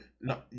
no